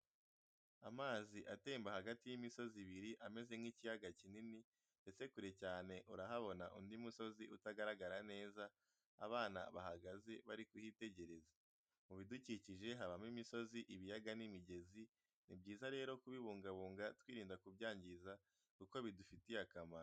Amazi atemba hagati y'imisozi ibiri ameze nk'ikiyaaga kinini ndetse kure cyane urahabona undi musozi utagaragara neza, abana bahagaze bari kuhiitegereza. Mu bidukikije habamo imisozi ibiyaga n'imigezi ni byiza rero kubibungabunga twirinda kubyangiza kuko bidufitiye akamaro.